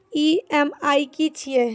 EMI की छिये?